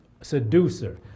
Seducer